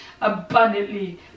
abundantly